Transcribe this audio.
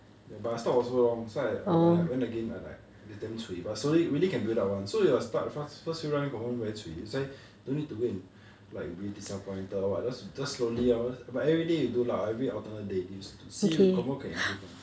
but I stop also long so I when I went again I like really damn cui but slowly can build up one so your first few run confirm very cui so don't need to go and be like disappointed or what just just slowly lor but everyday you do lah every alternate day you see you confirm can improve [one]